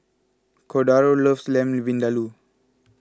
Cordaro loves Lamb Vindaloo